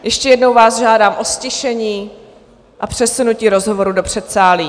Ještě jednou vás žádám o ztišení a přesunutí rozhovorů do předsálí.